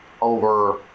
over